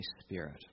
spirit